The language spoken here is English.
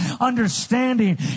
understanding